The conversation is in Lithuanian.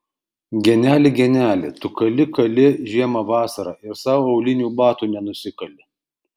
geneli geneli tu kali kali žiemą vasarą ir sau aulinių batų nenusikali